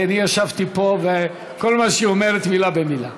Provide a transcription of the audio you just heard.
כי אני ישבתי פה, וכל מה שהיא אומרת, מילה במילה.